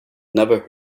never